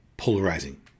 Polarizing